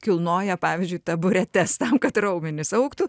kilnoja pavyzdžiui taburetes tam kad raumenys augtų